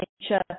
nature